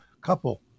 couple